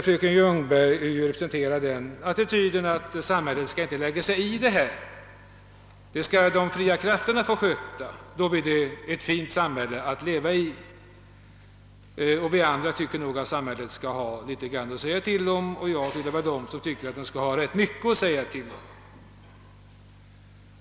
Fröken Ljungberg intar attityden att samhället inte skall lägga sig i dessa frågor, utan att de fria krafterna skall få göra sig gällande. Då, menar hon, blir det ett fint samhälle att leva i. Vi andra tycker nog att samhället självt skall ha litet grand att säga till om; för min del tillhör jag dem som anser att samhället skall ha rätt mycket att säga till om.